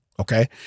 okay